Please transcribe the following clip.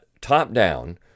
top-down